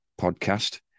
podcast